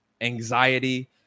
anxiety